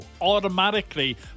automatically